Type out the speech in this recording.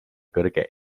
kõrge